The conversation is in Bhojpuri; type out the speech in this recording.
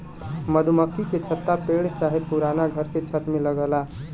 मधुमक्खी के छत्ता पेड़ चाहे पुराना घर के छत में लगला